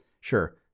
sure